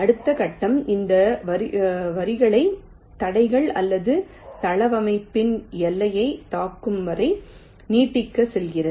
அடுத்த கட்டம் இந்த வரிகளை தடைகள் அல்லது தளவமைப்பின் எல்லையைத் தாக்கும் வரை நீட்டிக்கச் சொல்கிறது